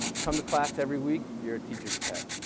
come to class every week, you're a teacher's pet.